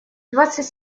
двадцать